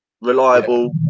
reliable